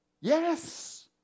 Yes